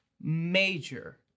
major